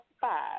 five